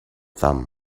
thumb